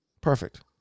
Perfect